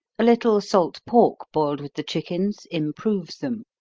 a little salt pork boiled with the chickens, improves them.